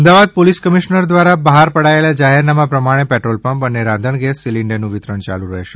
Ahmedabad police commissioner દ્વારા બહાર પડાયેલા જાહેરનામા પ્રમાણે પેટ્રોલ પંપ અને રાંધણ ગેસ સિલીંડરનું વિતરણ ચાલુ રહેશે